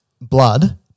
blood-